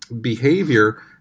behavior